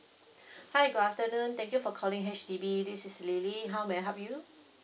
hi good afternoon thank you for calling H_D_B this is lily how may I help you